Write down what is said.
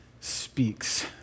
speaks